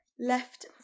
left